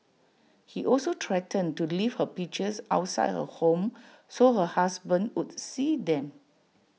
he also threatened to leave her pictures outside her home so her husband would see them